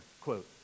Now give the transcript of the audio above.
Quote